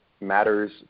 matters